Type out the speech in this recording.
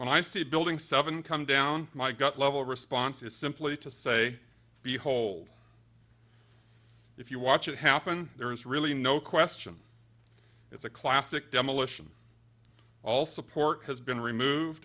when i see building seven come down my gut level response is simply to say behold if you watch it happen there is really no question it's a classic demolition all support has been removed